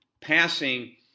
passing